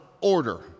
order